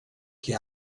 che